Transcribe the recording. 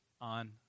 on